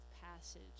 passage